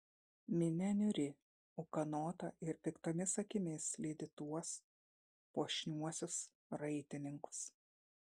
minia niūri ūkanota ir piktomis akimis lydi tuos puošniuosius raitininkus